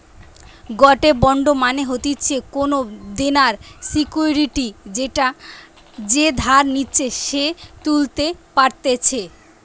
গটে বন্ড মানে হতিছে কোনো দেনার সিকুইরিটি যেটা যে ধার নিচ্ছে সে তুলতে পারতেছে